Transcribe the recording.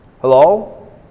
Hello